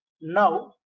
Now